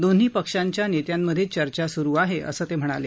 दोन्ही पक्षाच्या नेत्यांमधे चर्चा स्रु आहे असं ते म्हणाले